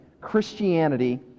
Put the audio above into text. Christianity